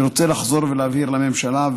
אני רוצה לחזור ולהבהיר לממשלה,